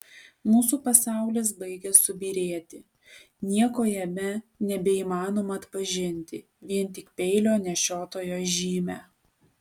mūsų pasaulis baigia subyrėti nieko jame nebeįmanoma atpažinti vien tik peilio nešiotojo žymę